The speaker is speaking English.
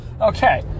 Okay